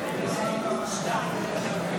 הסתייגות 2, הצבעה.